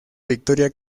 victoria